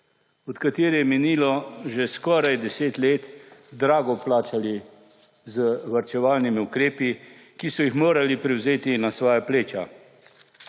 od katere je minilo že skoraj 10 let, drago plačali z varčevalnimi ukrepi, ki so jih morali prevzeti na svoja pleča